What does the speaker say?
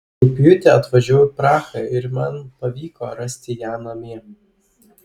rugpjūtį atvažiavau į prahą ir man pavyko rasti ją namie